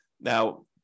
Now